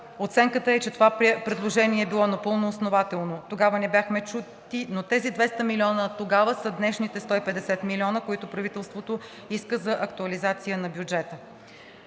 оценката е, че това предложение е било напълно основателно. Тогава не бяхме чути, но тези 200 млн. лв. тогава са днешните 150 млн. лв., които правителството иска за актуализация на бюджета.